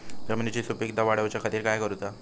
जमिनीची सुपीकता वाढवच्या खातीर काय करूचा?